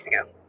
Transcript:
ago